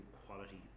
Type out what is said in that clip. quality